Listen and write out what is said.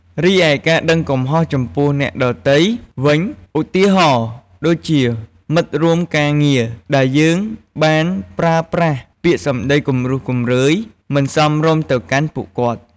រីឯ ការដឹងកំហុសចំពោះអ្នកដទៃវិញ ឧទាហរណ៍ ដូចជាមិត្តរួមការងារដែលយើងបានប្រើប្រាស់ពាក្យសម្ដីគំរោះគំរើយមិនសមរម្យទៅកាន់ពួកគាត់។